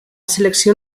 selecció